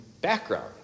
background